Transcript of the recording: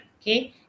Okay